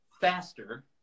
faster